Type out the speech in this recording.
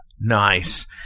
Nice